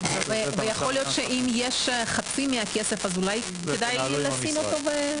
יכול להיות שאם יש חצי מהכסף אז אולי כדאי לשים אותו.